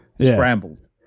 scrambled